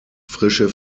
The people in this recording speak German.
frische